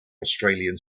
australian